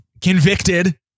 convicted